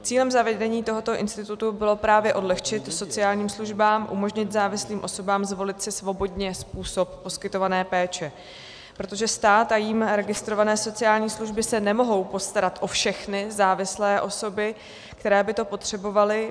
Cílem zavedení tohoto institutu bylo právě odlehčit sociálním službám, umožnit závislým osobám zvolit si svobodně způsob poskytované péče, protože stát a jím registrované sociální služby se nemohou postarat o všechny závislé osoby, které by to potřebovaly.